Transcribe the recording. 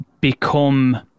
Become